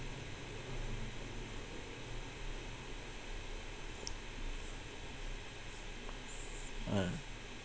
uh